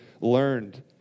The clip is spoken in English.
learned